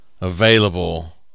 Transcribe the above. available